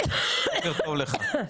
בוקר טוב לך.